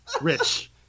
Rich